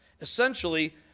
Essentially